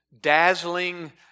dazzling